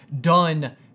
done